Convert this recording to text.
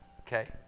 Okay